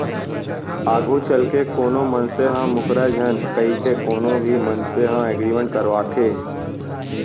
आघू चलके कोनो मनसे ह मूकरय झन कहिके कोनो भी मनसे ह एग्रीमेंट करवाथे